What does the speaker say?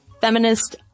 Feminist